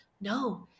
no